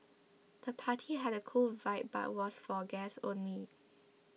the party had a cool vibe but was for guests only